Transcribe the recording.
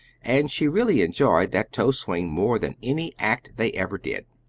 and she really enjoyed that toe swing more than any act they ever did.